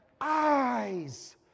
eyes